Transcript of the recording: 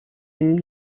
nim